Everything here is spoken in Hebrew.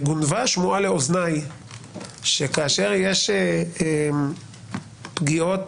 גונבה שמועה לאוזניי שכאשר יש פגיעות